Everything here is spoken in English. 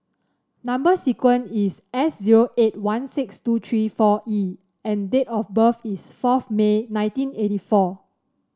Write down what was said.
number sequence is S zero eight one six two three four E and date of birth is fourth May nineteen eighty four